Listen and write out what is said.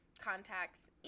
contacts